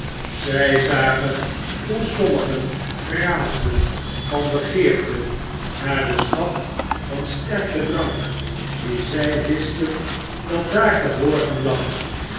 zij zagen hoe sommigen raasden van begeerte naar den schat van sterken drank dien zij wisten dat daar geborgen lag